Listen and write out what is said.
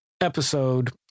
episode